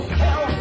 hell